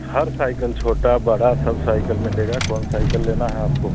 हर cycle छोटी बड़ी सब साइकल मिलेगी कौन साइकल लेना है आपको